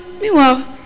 meanwhile